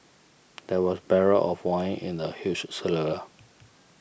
there were barrels of wine in the huge cellar